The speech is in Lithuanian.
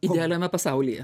idealiame pasaulyje